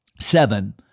seven